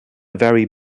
very